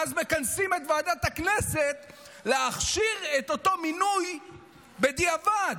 ואז מכנסים את ועדת הכנסת להכשיר את אותו מינוי בדיעבד?